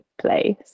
place